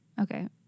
okay